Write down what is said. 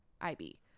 IB